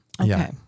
Okay